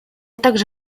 также